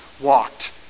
walked